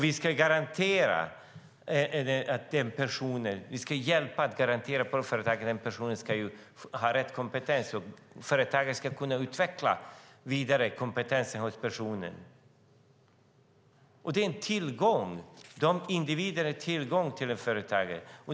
Vi ska hjälpa till så att den personen får rätt kompetens, och företaget ska vidareutveckla kompetensen hos denna person. Individerna är en tillgång för ett företag.